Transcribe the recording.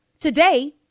Today